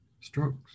strokes